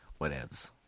whatevs